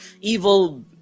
evil